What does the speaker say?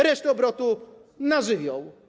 Reszta obrotu - na żywioł.